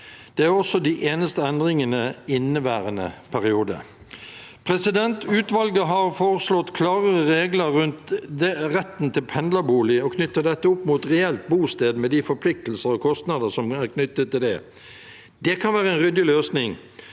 Det er også de eneste endringene i inneværende periode. Utvalget har foreslått klarere regler rundt retten til pendlerbolig og knytter dette opp mot reelt bosted, med de forpliktelser og kostnader som er knyttet til det. Det kan være en ryddig løsning,